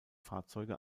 fahrzeuge